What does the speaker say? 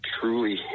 truly